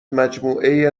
مجموعه